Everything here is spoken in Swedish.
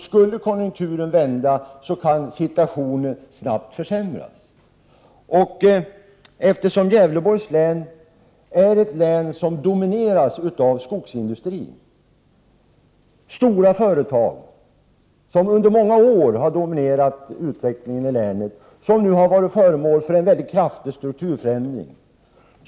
Skulle konjunkturen vända kan situationen snabbt försämras. Gävleborgs län är ett län som domineras av skogsindustrin — stora företag som under många år har dominerat utvecklingen i länet och som nu varit föremål för en kraftig strukturförändring.